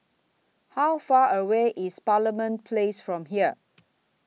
How Far away IS Parliament Place from here